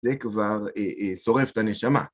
זה כבר שורף את הנשמה.